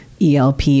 ELP